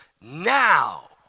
now